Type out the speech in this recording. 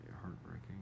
heartbreaking